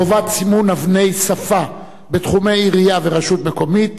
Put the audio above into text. (חובת סימון אבני שפה בתחומי עירייה ורשות מקומית),